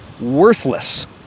worthless